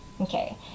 Okay